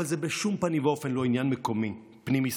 אבל זה בשום פנים ואופן לא עניין מקומי פנים-ישראלי,